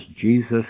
Jesus